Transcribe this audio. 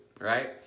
right